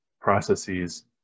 processes